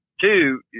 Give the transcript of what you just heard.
Two